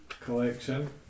collection